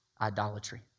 idolatry